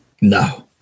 No